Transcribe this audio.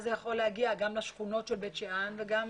אז זה יכול להגיע גם לשכונות של בית שאן וגם